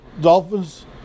dolphins